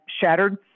shattered